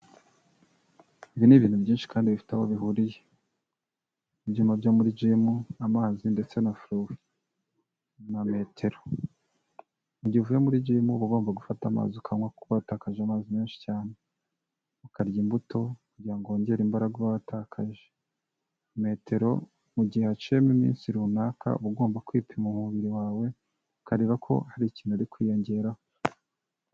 Ibi ni ibintu byinshi kandi bifite aho bihuriye. Ibyuma byo muri jimu, amazi, ndetse na furuwi, na metero. Mugihe uvuye muri jimu uba ugomba gufata amazi ukanywa, kuko uba watakaje amazi menshi cyane. Ukarya imbuto, kugira ngo wongere imbaraga uba watakaje. Metero, mu mugihe haciyemo iminsi runaka, uba ugomba kwipima umubiri wawe, ukareba ko hari ikintu uri kwiyongeraho.